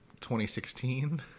2016